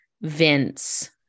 Vince